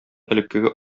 элеккеге